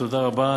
תודה רבה.